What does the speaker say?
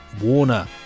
Warner